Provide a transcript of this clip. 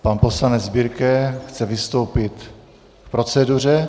Pan poslanec Birke chce vystoupit k proceduře.